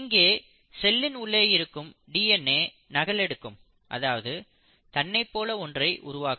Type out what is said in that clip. இங்கே செல்லின் உள்ளே இருக்கும் டிஎன்ஏ நகலெடுக்கும் அதாவது தன்னைப் போல ஒன்றை உருவாக்கும்